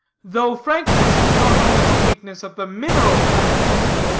though frankness is not always the weakness of the mineral practitioner,